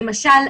למשל,